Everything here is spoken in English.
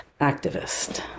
activist